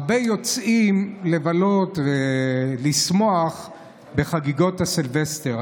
הרבה יוצאים לבלות ולשמוח בחגיגות הסילבסטר.